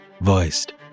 voiced